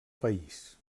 país